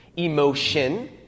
Emotion